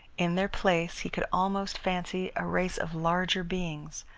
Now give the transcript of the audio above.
in their place he could almost fancy a race of larger beings,